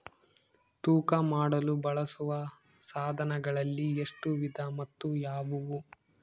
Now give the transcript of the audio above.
ತೂಕ ಮಾಡಲು ಬಳಸುವ ಸಾಧನಗಳಲ್ಲಿ ಎಷ್ಟು ವಿಧ ಮತ್ತು ಯಾವುವು?